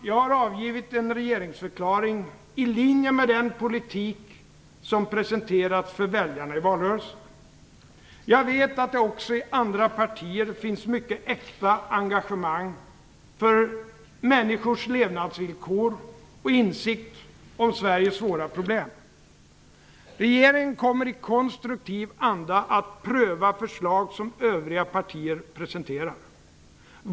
Jag har avgivit en regeringsförklaring i linje med den politik som presenterats för väljarna i valrörelsen. Jag vet att det också i andra partier finns ett mycket äkta engagemang för människors levnadsvillkor och en insikt om Sveriges svåra problem. Regeringen kommer i konstruktiv anda att pröva förslag som övriga partier presenterar.